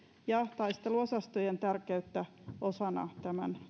ja taisteluosastojen tärkeyttä tämän